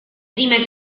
prima